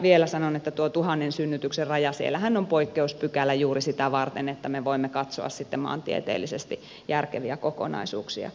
vielä sanon tuosta tuhannen synnytyksen rajasta että siellähän on poikkeuspykälä juuri sitä varten että me voimme katsoa sitten maantieteellisesti järkeviä kokonaisuuksia